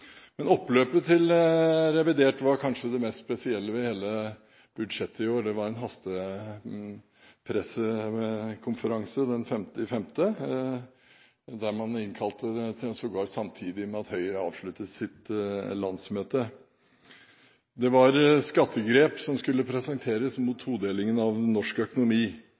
men vi tar noen viktige grep der vi mener det haster, og det kommer jeg litt tilbake til. Oppløpet til revidert nasjonalbudsjett var kanskje det mest spesielle ved hele budsjettet i år. Man innkalte til en hastepressekonferanse den 5. mai samtidig med at Høyre avsluttet sitt landsmøte. Det var skattegrep som skulle presenteres mot todelingen av norsk